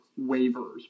waivers